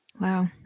Wow